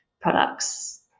products